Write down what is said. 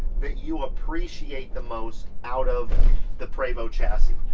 that you appreciate the most out of the prevost chassis?